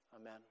Amen